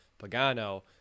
Pagano